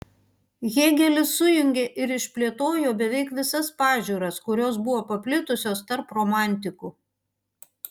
hėgelis sujungė ir išplėtojo beveik visas pažiūras kurios buvo paplitusios tarp romantikų